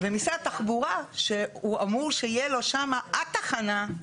ומשרד התחבורה שהוא אמור שיהיה לו שם התחנה,